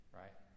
right